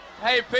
hey